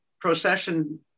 procession